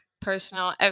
personal